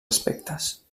aspectes